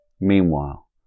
Meanwhile